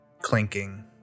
clinking